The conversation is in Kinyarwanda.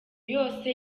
yose